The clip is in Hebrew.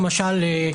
למשל,